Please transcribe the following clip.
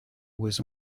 was